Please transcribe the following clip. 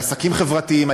על עסקים חברתיים,